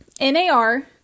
NAR